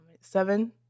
seven